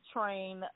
Train